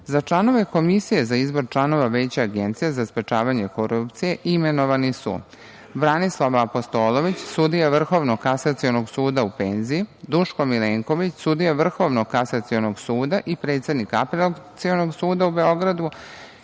članove Komisije za izbor članova Veća Agencije za sprečavanje korupcije imenovani su: Branislava Apostolović, sudija Vrhovnog kasacionog suda u penziji, Duško Milenković, sudija Vrhovnog kasacionog suda i predsednik Apelacionog suda u Beogradu